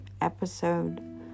episode